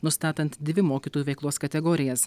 nustatant dvi mokytojų veiklos kategorijas